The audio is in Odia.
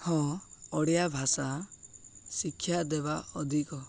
ହଁ ଓଡ଼ିଆ ଭାଷା ଶିକ୍ଷା ଦେବା ଅଧିକ